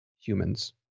humans